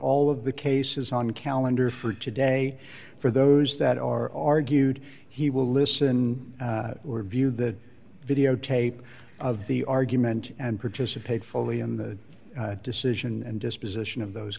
all of the cases on the calendar for today for those that are argued he will listen or view the videotape of the argument and participate fully in the decision and disposition of those